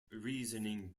reasoning